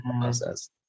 process